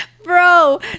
bro